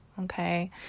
okay